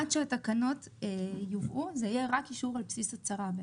עד שהתקנות יובאו זה יהיה רק אישור על בסיס הצהרה.